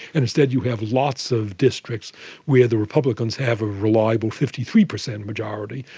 instead you have lots of districts where the republicans have a reliable fifty three percent majority.